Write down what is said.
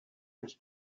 his